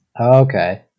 Okay